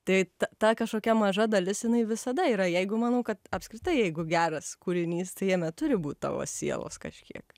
tai ta kažkokia maža dalis jinai visada yra jeigu manau kad apskritai jeigu geras kūrinys tai jame turi būt tavo sielos kažkiek